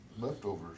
leftovers